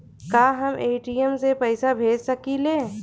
का हम ए.टी.एम से पइसा भेज सकी ले?